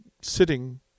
sitting